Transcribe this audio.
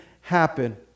happen